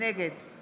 נגד